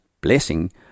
blessing